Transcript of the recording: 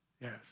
Yes